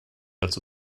dazu